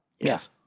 yes